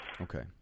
Okay